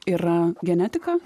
yra genetika